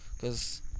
Cause